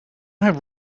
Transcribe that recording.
have